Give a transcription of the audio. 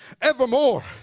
evermore